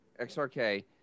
XRK